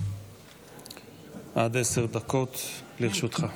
עד עשר דקות לרשותך.